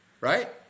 Right